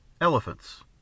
elephants